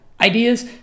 ideas